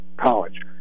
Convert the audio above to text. College